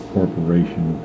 Corporation